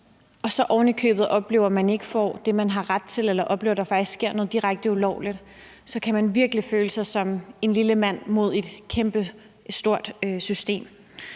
og så ovenikøbet oplever, at man ikke får det, man har ret til, eller oplever, at der faktisk sker noget direkte ulovligt, så kan man virkelig føle sig som en lille mand mod et kæmpestort system.